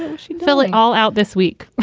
and she'd fill it all out this week.